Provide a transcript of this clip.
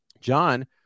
John